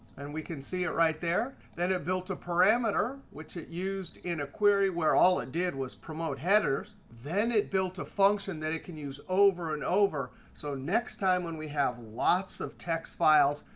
and we can see it right there. then it built a parameter, which it used in a query where all it did was promote headers. then it built a function that it can use over and over. so next time when we have lots of text files,